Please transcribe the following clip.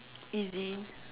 easy